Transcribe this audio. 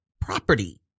property